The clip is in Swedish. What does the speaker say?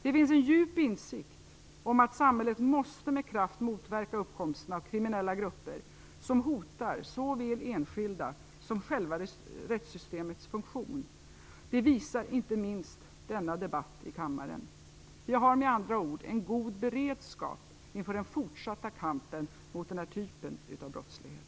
Det finns en djup insikt om att samhället med kraft måste motverka uppkomsten av kriminella grupper som hotar såväl enskilda som själva rättssystemets funktion. Det visar inte minst denna debatt i kammaren. Vi har med andra ord en god beredskap inför den fortsatta kampen mot den här typen av brottslighet.